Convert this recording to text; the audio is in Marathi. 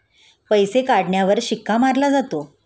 पैसे काढण्यावर शिक्का मारला जातो